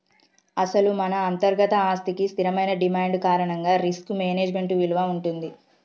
అసలు మన అంతర్గత ఆస్తికి స్థిరమైన డిమాండ్ కారణంగా రిస్క్ మేనేజ్మెంట్ విలువ ఉంటుంది